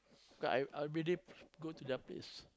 cause I I everyday go to their place